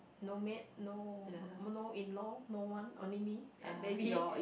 no maid no no in law no one only me and baby